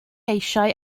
eisiau